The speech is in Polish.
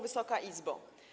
Wysoka Izbo!